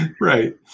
Right